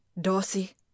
Dorsey